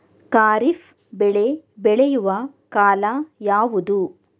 ಖಾರಿಫ್ ಬೆಳೆ ಬೆಳೆಯುವ ಕಾಲ ಯಾವುದು?